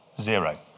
zero